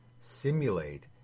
simulate